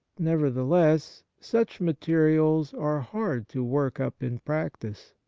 never theless, such materials are hard to work up in practice.